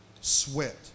Sweat